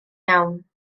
iawn